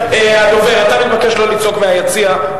אתה מתבקש שלא לצעוק מהיציע,